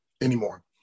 anymore